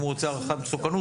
אם הוא רוצה הערכת מסוכנות,